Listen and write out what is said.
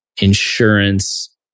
insurance